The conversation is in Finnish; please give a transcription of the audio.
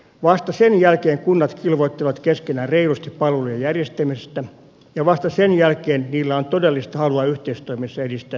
vasta sen jälkeen kunnat kilvoittelevat keskenään reilusti palvelujen järjestämisestä ja vasta sen jälkeen niillä on todellista halua yhteistoiminnassa edistää seudun etua